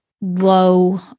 low